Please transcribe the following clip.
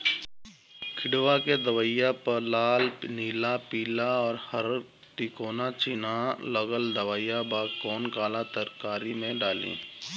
किड़वा के दवाईया प लाल नीला पीला और हर तिकोना चिनहा लगल दवाई बा कौन काला तरकारी मैं डाली?